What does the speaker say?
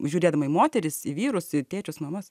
žiūrėdama į moteris į vyrus į tėčius mamas